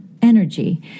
energy